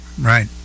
right